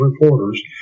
reporters